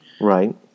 Right